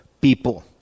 people